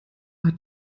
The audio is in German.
hat